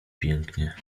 pięknie